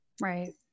Right